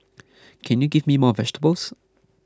can you give me more vegetables